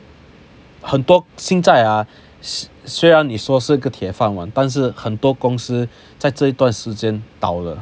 很多现在 ah 虽然你说是个铁饭碗但是很多公司在这段时间倒了